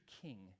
king